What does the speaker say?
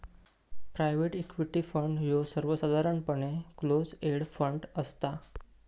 private equity fund ह्यो सर्वसाधारणपणे close end fund असता